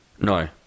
No